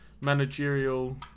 managerial